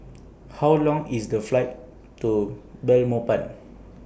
How Long IS The Flight to Belmopan